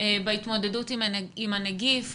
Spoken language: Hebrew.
בהתמודדות עם הנגיף.